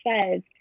says